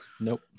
Nope